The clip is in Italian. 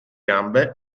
gambe